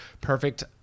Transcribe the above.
perfect